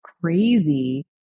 crazy